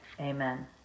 Amen